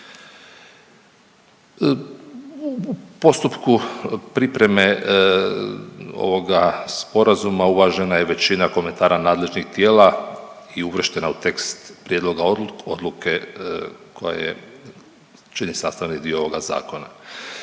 U postupku pripreme ovoga Sporazuma uvažena je većina komentara nadležnih tijela i uvrštena u tekst prijedloga odluke koja je čini sastavni dio ovoga Zakona.